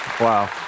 wow